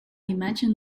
imagine